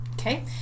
Okay